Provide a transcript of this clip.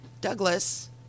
Douglas